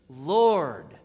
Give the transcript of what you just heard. Lord